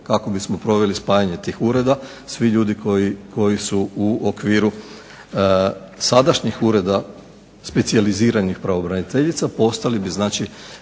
kako bismo proveli spajanje tih ureda. Svi ljudi koji su u okviru sadašnjih ureda specijaliziranih pravobraniteljica postali bi znači